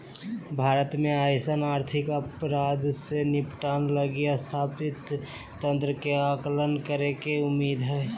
भारत में अइसन आर्थिक अपराध से निपटय लगी स्थापित तंत्र के आकलन करेके उम्मीद हइ